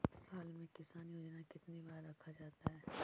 साल में किसान योजना कितनी बार रखा जाता है?